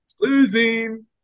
Losing